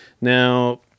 Now